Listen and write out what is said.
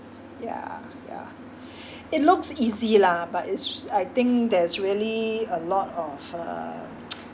yeah yeah it looks easy lah but it's I think there's really a lot of uh